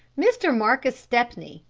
mr. marcus stepney,